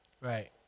Right